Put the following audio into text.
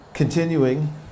Continuing